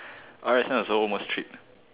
R_S_M also almost tripped